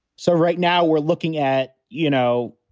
so right now we're looking at, you know,